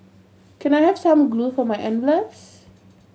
can I have some glue for my envelopes